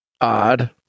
Odd